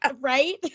Right